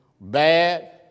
bad